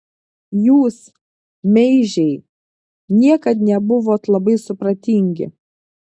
jūs meižiai niekad nebuvot labai supratingi